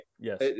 Yes